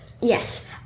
Yes